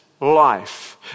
life